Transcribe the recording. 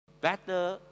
better